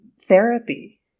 therapy